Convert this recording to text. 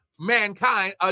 mankind